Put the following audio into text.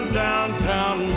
downtown